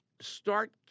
start